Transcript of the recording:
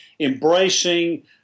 embracing